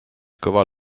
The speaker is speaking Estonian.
kõva